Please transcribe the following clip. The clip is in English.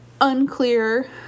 unclear